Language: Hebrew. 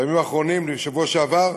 בימים האחרונים, בשבוע שעבר,